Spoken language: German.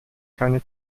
keine